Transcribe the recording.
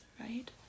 right